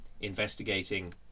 investigating